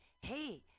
Hey